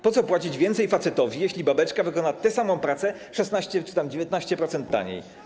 Po co płacić więcej facetowi, jeśli babeczka wykona tę samą pracę 16 czy tam 19% taniej?